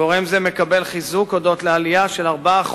גורם זה מקבל חיזוק הודות לעלייה של 4%